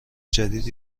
جدید